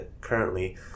currently